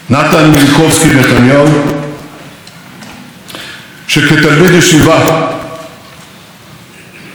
שכתלמיד ישיבה בסוף המאה ה-19 הוכה קשות על